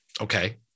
Okay